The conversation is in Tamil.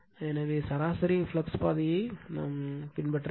எனவே சராசரி ஃப்ளக்ஸ் பாதையைப் பின்பற்றுங்கள்